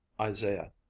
Isaiah